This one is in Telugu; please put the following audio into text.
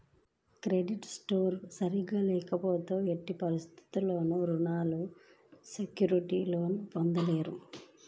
క్రెడిట్ స్కోర్ సరిగ్గా లేకపోతే ఎట్టి పరిస్థితుల్లోనూ రుణాలు సెక్యూర్డ్ లోన్లు పొందలేరు